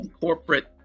corporate